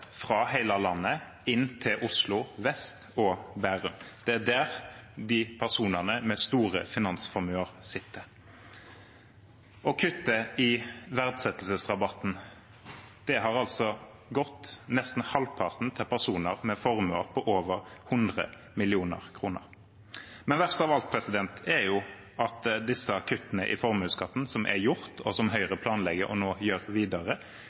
fra hele landet inn til Oslo vest og Bærum. Det er der personene med store finansformuer sitter. Og kuttet i verdsettelsesrabatten har altså – nesten halvparten – gått til personer med formuer på over 100 mill. kr. Men verst av alt er at disse kuttene i formuesskatten som er gjort, og som Høyre nå planlegger å gjøre videre,